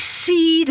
see